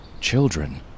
children